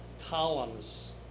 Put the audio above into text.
columns